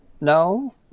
no